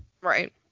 Right